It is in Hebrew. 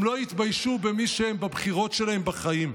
הם לא התביישו במי שהם, בבחירות שלהם בחיים.